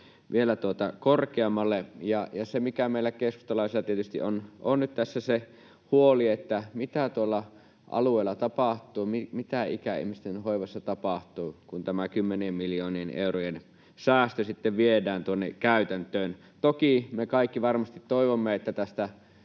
vielä korkeammalle. Se, mikä meillä keskustalaisilla tietysti on, on tässä nyt huoli siitä, mitä tuolla alueilla tapahtuu, mitä ikäihmisten hoivassa tapahtuu, kun tämä kymmenien miljoonien eurojen säästö sitten viedään tuonne käytäntöön. Toki me kaikki varmasti toivomme, että tästä